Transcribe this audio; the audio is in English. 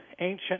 ancient